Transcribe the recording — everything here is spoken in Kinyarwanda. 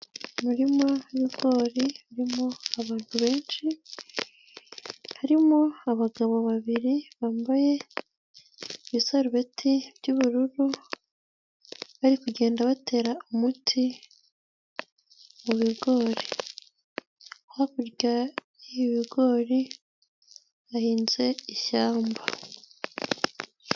Umurima w'ibigori harimo abantu benshi, harimo abagabo babiri bambaye ibisarubeti by'ubururu bari kugenda batera umuti mu bigori. Hakurya y'ibi bigori bahinze ishyamba.